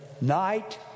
night